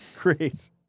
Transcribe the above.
Great